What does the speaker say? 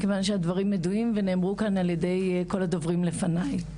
מכיוון שהדברים ידועים ונאמרו כאן על ידי כל הדוברים לפניי.